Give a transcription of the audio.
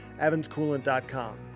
evanscoolant.com